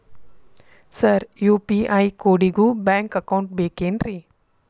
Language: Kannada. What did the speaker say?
ಸರ್ ಯು.ಪಿ.ಐ ಕೋಡಿಗೂ ಬ್ಯಾಂಕ್ ಅಕೌಂಟ್ ಬೇಕೆನ್ರಿ?